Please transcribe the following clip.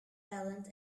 talent